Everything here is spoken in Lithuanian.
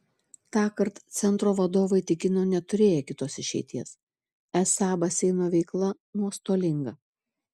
tąkart centro vadovai tikino neturėję kitos išeities esą baseino veikla nuostolinga